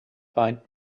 find